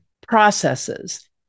processes